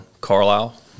Carlisle